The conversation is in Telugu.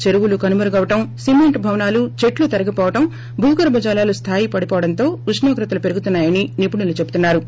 చెరువులు కనుమరుగవడం సిమ్మెంట్ భవనాలు చెట్లు తరిగివోవడం భూగర్పజలాలు స్లాయి పడివోవడంతో ఉష్ణోగ్రతలు పెరుగుతున్నా యని నిపుణులు చెబుతున్నా రు